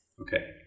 Okay